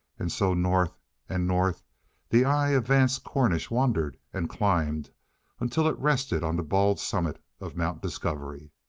and so north and north the eye of vance cornish wandered and climbed until it rested on the bald summit of mount discovery.